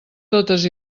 totes